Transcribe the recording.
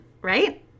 right